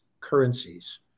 currencies